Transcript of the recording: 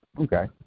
Okay